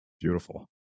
Beautiful